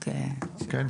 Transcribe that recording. כן,